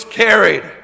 carried